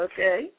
Okay